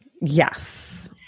Yes